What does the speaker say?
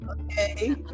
okay